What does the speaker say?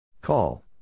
Call